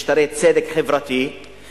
משטרי צדק חברתי,